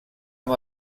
amb